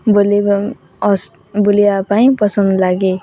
ବୁଲିବା ବୁଲିବା ପାଇଁ ପସନ୍ଦ ଲାଗେ